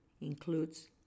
includes